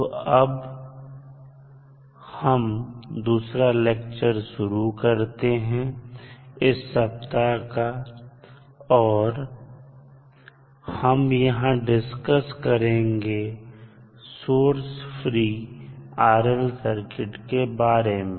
तो अब हम दूसरा लेक्चर शुरू करते हैं इस सप्ताह का और हम यहां डिस्कस करेंगे सोर्स फ्री RL सर्किट के बारे में